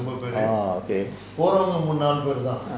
orh okay